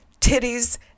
titties